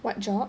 what job